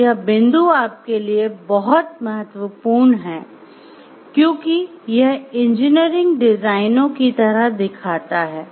तो यह बिंदु आपके लिए बहुत महत्वपूर्ण है क्योंकि यह इंजीनियरिंग डिजाइनों की तरह दिखाता है